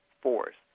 force